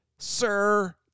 Sir